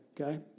okay